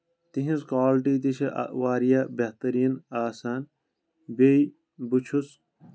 تِہنٛز کولٹی تہِ چھِ واریاہ بہتریٖن آسان بیٚیہِ بہٕ چھُس